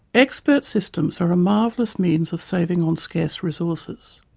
expert systems are marvellous means of saving on scarce resources.